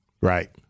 right